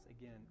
again